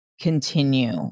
continue